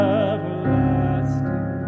everlasting